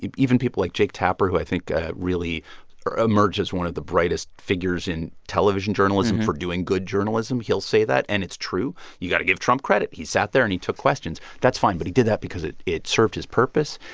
even people like jake tapper, who i think ah really emerged as one of the brightest figures in television journalism for doing good journalism, he'll say that and it's true. you've got to give trump credit. he sat there and he took questions. that's fine, but he did that because it it served his purpose.